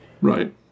Right